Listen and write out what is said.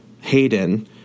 Hayden